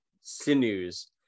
sinews